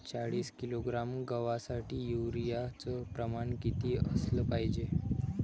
चाळीस किलोग्रॅम गवासाठी यूरिया च प्रमान किती असलं पायजे?